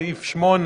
הצבעה